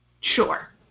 sure